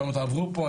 אתם לא תעברו כאן,